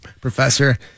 professor